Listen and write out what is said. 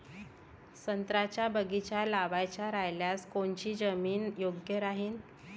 संत्र्याचा बगीचा लावायचा रायल्यास कोनची जमीन योग्य राहीन?